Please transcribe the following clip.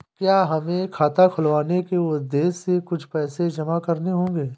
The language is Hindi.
क्या हमें खाता खुलवाने के उद्देश्य से कुछ पैसे जमा करने होंगे?